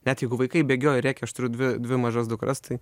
net jeigu vaikai bėgioja rėkia aš turiu dvi dvi mažas dukras tai